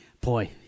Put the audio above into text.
boy